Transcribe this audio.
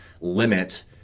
limit